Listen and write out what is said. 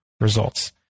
results